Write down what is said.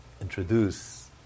introduce